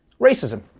racism